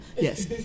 Yes